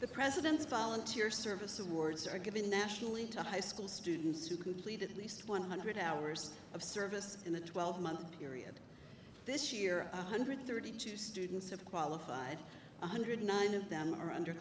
the president's volunteer service awards are given nationally to high school students who completed at least one hundred hours of service in the twelve month period this year a hundred thirty two students have qualified one hundred nine of them are